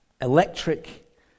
Electric